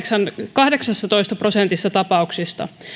kahdeksassatoista prosentissa tapauksista